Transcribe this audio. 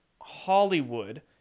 Hollywood